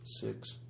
six